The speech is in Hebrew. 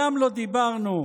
לא מדברים.